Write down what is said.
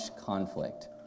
conflict